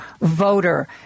Voter